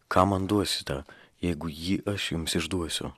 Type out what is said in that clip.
ką man duosite jeigu jį aš jums išduosiu